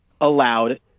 allowed